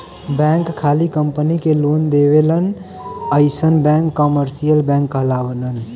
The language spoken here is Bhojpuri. बैंक खाली कंपनी के लोन देवलन अइसन बैंक कमर्सियल बैंक कहलालन